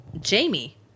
Jamie